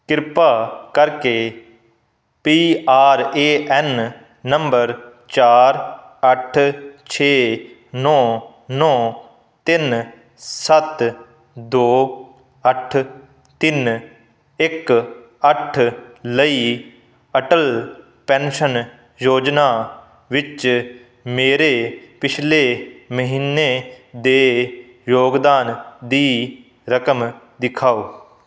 ਕਿਰਪਾ ਕਰਕੇ P R A N number ਚਾਰ ਅੱਠ ਛੇ ਨੌਂ ਨੌਂ ਤਿੰਨ ਸੱਤ ਦੋ ਅੱਠ ਤਿੰਨ ਇੱਕ ਅੱਠ ਲਈ ਅਟਲ ਪੈਨਸ਼ਨ ਯੋਜਨਾ ਵਿੱਚ ਮੇਰੇ ਪਿਛਲੇ ਮਹੀਨੇ ਦੇ ਯੋਗਦਾਨ ਦੀ ਰਕਮ ਦਿਖਾਓ